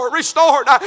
restored